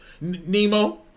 Nemo